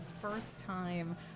first-time